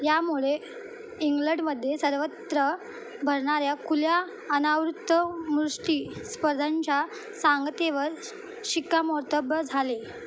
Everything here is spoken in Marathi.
यामुळे इंग्लंडमध्ये सर्वत्र भरणाऱ्या खुल्या अनावृत्त मुष्टी स्पर्धांच्या सांगतेवर शिक्कामोर्तब झाले